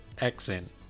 accent